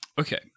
Okay